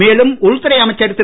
மேலும் உள்துறை அமைச்சர் திரு